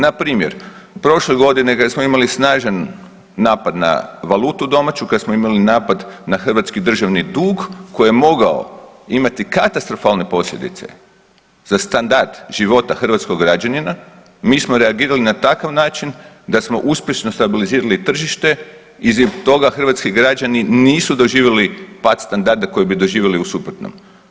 Npr. prošle godine kad smo imali snažan napad na valutu domaću, kad smo imali napad na hrvatski državni dug koji je mogao imati katastrofalne posljedice za standard života hrvatskog građanina mi smo reagirali na takav način da smo uspješno stabilizirali tržište i …/nerazumljivo/… toga hrvatski građani nisu doživjeli pad standarda koji bi doživjeli u suprotnom.